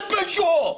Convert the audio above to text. תתביישו.